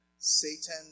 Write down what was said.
Satan